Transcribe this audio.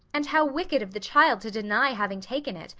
and how wicked of the child to deny having taken it,